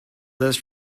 this